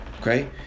okay